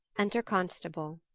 enter constable.